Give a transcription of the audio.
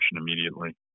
immediately